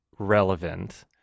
relevant